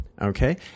Okay